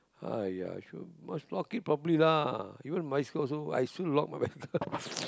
!aiya! shoul~g must lock it properly lah even bicycle also I still lock my bicycle